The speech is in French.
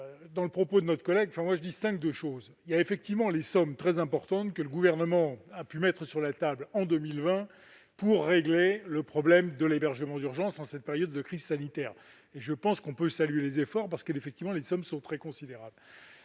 dans les propos de notre collègue, je distingue deux choses. Premièrement, il y a effectivement les sommes très importantes que le Gouvernement a mises sur la table en 2020 pour régler le problème de l'hébergement d'urgence en cette période de crise sanitaire. Je pense qu'on peut saluer les efforts fournis, les sommes étant particulièrement considérables.